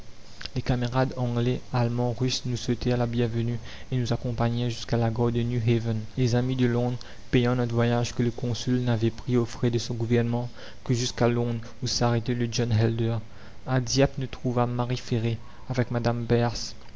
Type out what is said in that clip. les camarades anglais allemands russes nous souhaitèrent la bienvenue et nous accompagnèrent jusqu'à la gare de new haven les amis de londres payant notre voyage que le consul n'avait pris aux frais de son gouvernement que jusqu'à londres où s'arrêtait le john helder a dieppe nous trouvâmes marie ferré avec madame